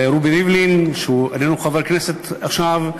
לרובי ריבלין שאיננו חבר כנסת עכשיו,